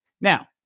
Now